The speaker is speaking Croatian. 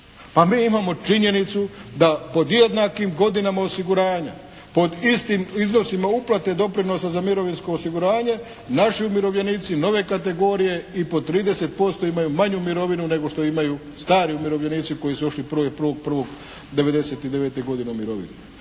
A mi imamo činjenicu da pod jednakim godinama osiguranja, pod istim iznosima uplate doprinosa za mirovinsko osiguranje naši umirovljenici, nove kategorije i po 30% imaju manju mirovinu nego što imaju stari umirovljenici koji su otišli 1.1.1999. godine u mirovinu.